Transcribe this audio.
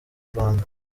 rwanda